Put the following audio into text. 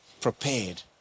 prepared